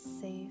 safe